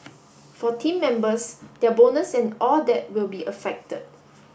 for team members their bonus and all that will be affected